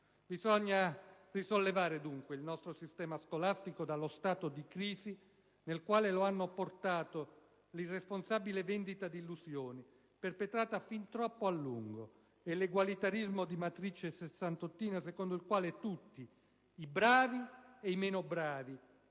Bisogna risollevare dunque il nostro sistema scolastico dallo stato di crisi nel quale lo hanno portato l'irresponsabile vendita di illusioni perpetrata fin troppo a lungo, e l'egualitarismo di matrice sessantottina secondo il quale tutti, i bravi, i meno bravi